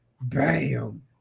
Bam